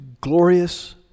glorious